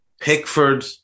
Pickford